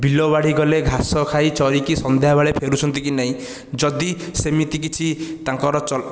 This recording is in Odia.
ବିଲବାଡ଼ି ଗଲେ ଘାସ ଖାଇ ଚରିକି ସନ୍ଧ୍ୟା ବେଳେ ଫେରୁଛନ୍ତି କି ନାହିଁ ଯଦି ସେମିତି କିଛି ତାଙ୍କର ଚଲ